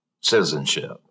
citizenship